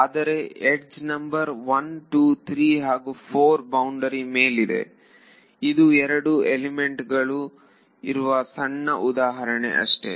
ಅದರ edge number 1 2 3 ಹಾಗೂ 4 boundary ಮೇಲಿದೆ ಇದು ಎರಡು ಎಲಿಮೆಂಟ್ ಗಳು ಇರುವ ಸಣ್ಣ ಉದಾಹರಣೆ ಅಷ್ಟೇ